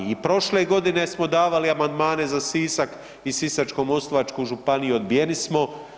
I prošle godine smo davali amandmane za Sisak i Sisačko-moslavačku županiju, odbijeni smo.